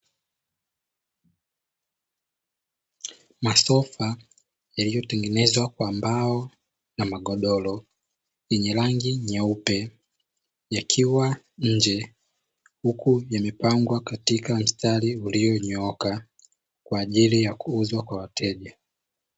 Masofa yaliyotengenezwa kwa mbao na magodoro yenye rangi nyeupe yakiwa nje, huku yamepangwa katika mstari ulionyooka kwa ajili ya kuuzwa kwa wateja.